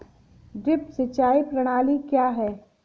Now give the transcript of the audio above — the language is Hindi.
ड्रिप सिंचाई प्रणाली क्या है?